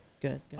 Good